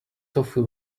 tofu